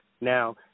Now